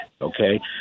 Okay